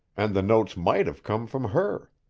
and the notes might have come from her.